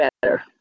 better